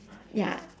ya